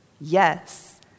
Yes